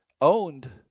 owned